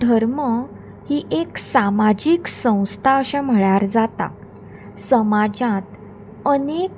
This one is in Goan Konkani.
धर्म ही एक सामाजीक संस्था अशें म्हळ्यार जाता समाजांत अनेक